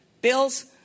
Bills